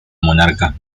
monarcas